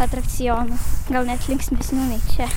atrakcionų gal net linksmesnių nei čia